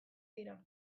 dira